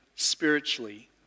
Spiritually